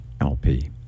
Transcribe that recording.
LP